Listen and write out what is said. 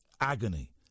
Agony